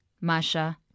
Masha